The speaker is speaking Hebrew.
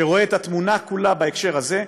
שרואה את התמונה כולה בהקשר הזה.